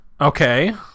Okay